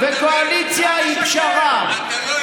וקואליציה היא פשרה, אתה לא יודע על מה אתה מדבר.